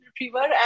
retriever